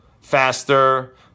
faster